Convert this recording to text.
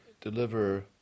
deliver